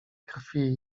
krwi